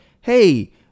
hey